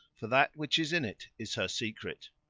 for that which is in it is her secret.